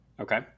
okay